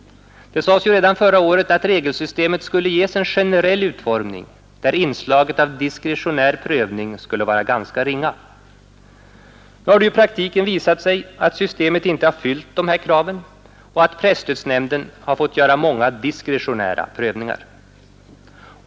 Det sades redan förra året att regelsystemet skulle ges en generell utformning, där inslaget av diskretionär prövning skulle vara ringa. Nu har det i praktiken visat sig att systemet inte fyllt dessa krav, och att presstödsnämnden har fått göra många diskretionära prövningar.